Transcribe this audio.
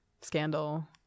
scandal